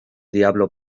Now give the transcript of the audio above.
diablo